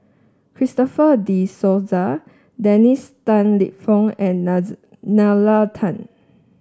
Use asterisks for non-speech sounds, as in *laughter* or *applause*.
Christopher De Souza Dennis Tan Lip Fong and *unintelligible* Nalla Tan